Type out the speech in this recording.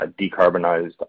decarbonized